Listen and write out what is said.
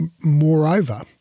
moreover